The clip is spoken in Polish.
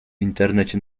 internecie